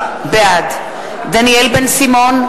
בעד דניאל בן-סימון,